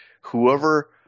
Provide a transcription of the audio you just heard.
whoever